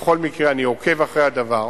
בכל מקרה, אני עוקב אחרי הדבר,